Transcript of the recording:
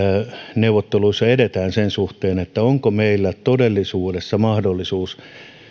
neuvotteluissa edetään sen suhteen onko meillä todellisuudessa mahdollisuus